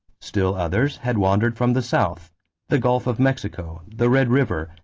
still others had wandered from the south the gulf of mexico, the red river,